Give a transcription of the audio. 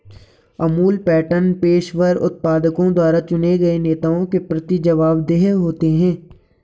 Amul pattern पेशेवर उत्पादकों द्वारा चुने गए नेताओं के प्रति जवाबदेह होते हैं